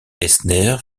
eisner